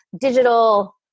digital